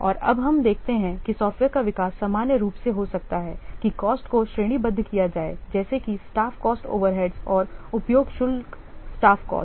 और अब हम देखते हैं कि सॉफ्टवेयर का विकास सामान्य रूप से हो सकता है कि कॉस्ट को श्रेणीबद्ध किया जाए जैसे कि स्टाफ कॉस्ट ओवरहेड्स और उपयोग शुल्क स्टाफ कॉस्ट